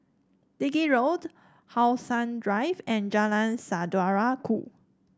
Digby Road How Sun Drive and Jalan Saudara Ku